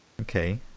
Okay